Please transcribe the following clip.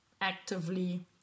actively